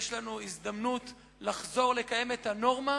יש לנו הזדמנות לחזור ולקיים את הנורמה